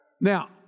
Now